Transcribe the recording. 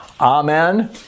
Amen